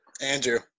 Andrew